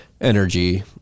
Energy